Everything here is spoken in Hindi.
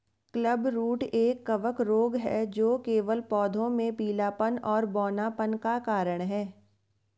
क्लबरूट एक कवक रोग है जो केवल पौधों में पीलापन और बौनापन का कारण है